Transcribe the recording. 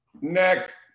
Next